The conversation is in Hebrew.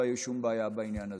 לא היו שום בעיות בעניין הזה.